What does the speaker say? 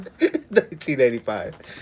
1985